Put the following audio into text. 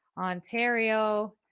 Ontario